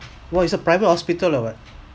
what its a private hospital or what